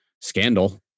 scandal